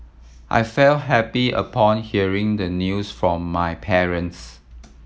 I felt happy upon hearing the news from my parents